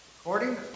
According